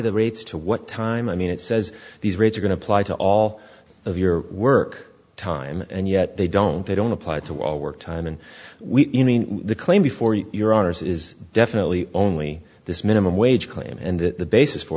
the rates to what time i mean it says these rates are going to apply to all of your work time and yet they don't they don't apply to all work time and we claim before your honor's is definitely only this minimum wage claim and that the basis for